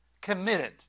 Committed